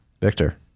victor